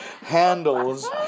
handles